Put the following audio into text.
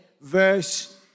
Verse